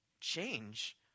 change